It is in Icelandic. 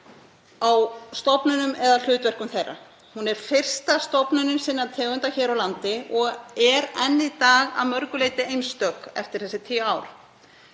á stofnunum eða hlutverkum þeirra. Hún er fyrsta stofnunin sinnar tegundar hér á landi og er enn í dag að mörgu leyti einstök eftir þessi tíu ár.